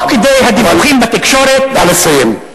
תוך כדי הדיווחים בתקשורת, אבל נא לסיים.